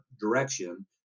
direction